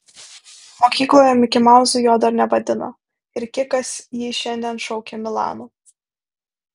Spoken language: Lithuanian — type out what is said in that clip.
mokykloje mikimauzu jo dar nevadino ir kikas jį šiandien šaukė milanu